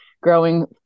growing